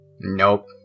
Nope